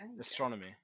Astronomy